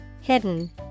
Hidden